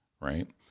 right